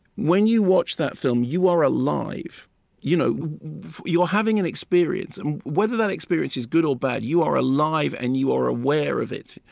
when you watch that film, you are alive you know you are having an experience. and whether that experience is good or bad, you are alive, and you are aware of it.